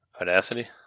Audacity